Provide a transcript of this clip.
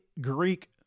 Greek